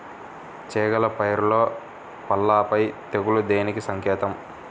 చేగల పైరులో పల్లాపై తెగులు దేనికి సంకేతం?